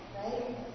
Right